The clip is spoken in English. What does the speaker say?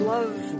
Love